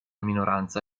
minoranza